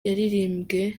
yaririmbwe